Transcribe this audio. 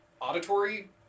auditory